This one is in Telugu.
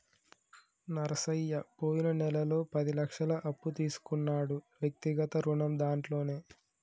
నరసయ్య పోయిన నెలలో పది లక్షల అప్పు తీసుకున్నాడు వ్యక్తిగత రుణం దాంట్లోనే